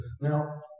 Now